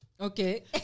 Okay